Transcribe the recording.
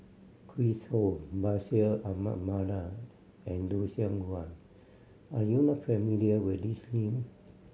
Chris Ho Bashir Ahmad Mallal and Lucien Wang are you not familiar with these name